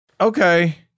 Okay